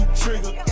trigger